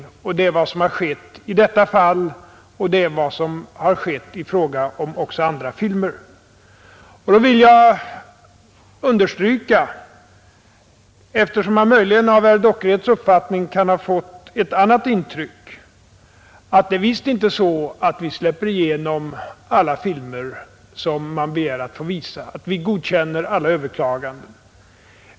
Det är vad som har skett i detta fall och det är vad som har skett också i fråga om andra filmer. Jag vill vidare understryka, eftersom man möjligen av herr Dockereds anförande kan ha fått ett annat intryck, att det är visst inte så att vi släpper igenom alla filmer som man begär att få visa, att vi godkänner alla överklaganden.